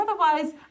otherwise